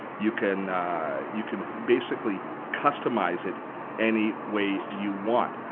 you can you can basically customize it any way you want.